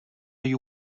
you